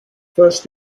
first